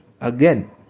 again